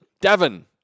devon